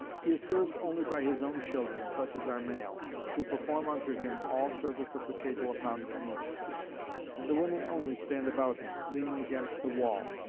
he is served only by his own children, such as are male who perform unto him all service of the table upon the knee and the women only stand about him, leaning against the wall.